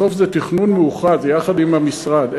בסוף זה תכנון מאוחד יחד עם המשרד.